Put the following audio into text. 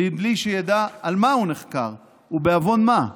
בלי שידע על מה הוא נחקר ובעוון מה.